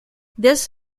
this